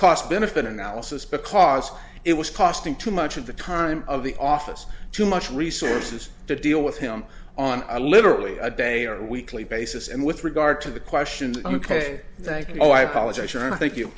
cost benefit analysis because it was costing too much of the time of the office too much resources to deal with him on a literally a day or weekly basis and with regard to the question ok thank you i apologize and i think you